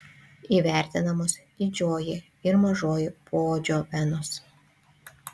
įvertinamos didžioji ir mažoji poodžio venos